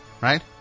Right